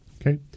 Okay